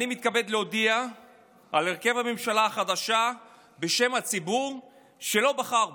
אני מתכבד להודיע על הרכב הממשלה החדשה בשם הציבור שלא בחר בה,